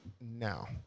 now